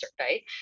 survey